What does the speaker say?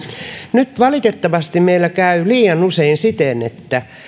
nyt valitettavasti meillä käy liian usein siten että